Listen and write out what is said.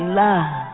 love